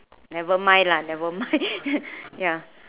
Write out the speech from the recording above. never mind lah never mind ya